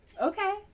okay